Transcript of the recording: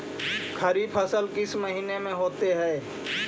खरिफ फसल किस महीने में होते हैं?